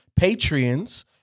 Patreons